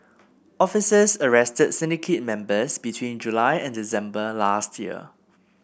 officers arrested syndicate members between July and December last year